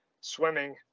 swimming